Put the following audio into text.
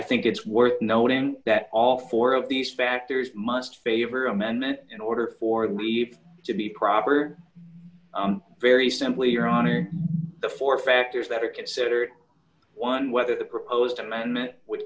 think it's worth noting that all four of these factors must favor amendment in order for d that leap to be proper very simply your honor the four factors that are considered one whether the proposed amendment which